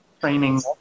training